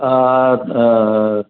आ